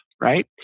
right